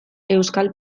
euskal